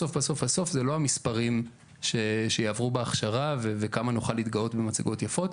בסוף בסוף אלו לא המספרים שיעברו בהכשרה וכמה נוכל להתגאות במצגות יפות,